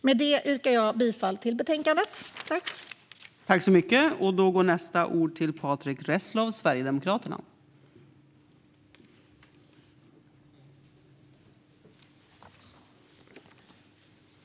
Med detta yrkar jag bifall till utskottets förslag i betänkandet.